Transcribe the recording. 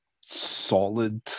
solid